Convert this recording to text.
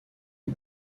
est